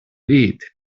eat